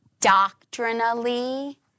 doctrinally